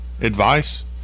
advice